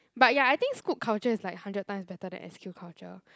but ya I think Scoot culture is like hundred times better than s_q culture